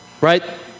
right